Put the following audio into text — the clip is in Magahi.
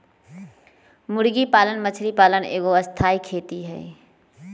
मुर्गी पालन मछरी पालन एगो स्थाई खेती हई